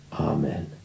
Amen